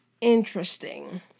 interesting